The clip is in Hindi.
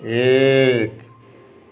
एक